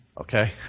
Okay